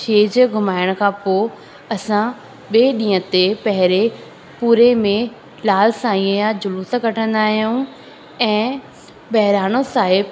छेॼ घुमाइण खां पोइ असां ॿिए ॾींहुं ते पहिरीं पूरे में लाल साईं जा जुलूस कढंदा आहियूं ऐं ॿहिराणो साहिब